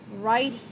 right